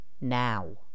now